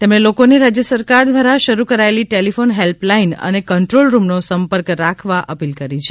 તેમણે લોકો ને રાજ્ય સરકાર દ્વારા શરૂ કરાયેલી ટેલિફોન હેલ્પ લાઇન અને કંટ્રોલ રૂમ નો સંપર્ક રાખવા અપીલ કરી છે